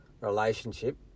relationship